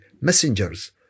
Messengers